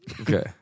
Okay